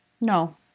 No